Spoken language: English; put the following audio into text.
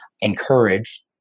encourage